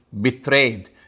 betrayed